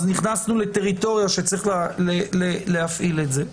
נכנסנו לטריטוריה שצריך להפעיל את זה.